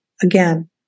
again